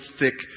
thick